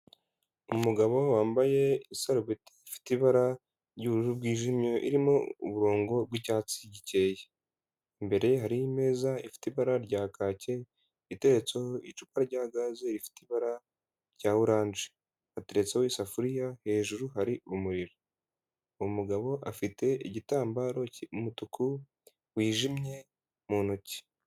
Umugabo wambaye isarubeti ifite ibara ry'ubururu bwijimye irimo umurongo bw'icyatsi gikeya, imbere hari imeza ifite ibara rya kaki, itetseho icupa rya gaze rifite ibara rya oranje, hateretseho isafuriya, hejuru hari umuriro. Umugabo afite igitambaro cy'umutuku wijimye mu ntoki.